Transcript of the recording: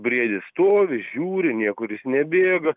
briedis stovi žiūri niekur jis nebėga